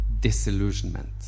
disillusionment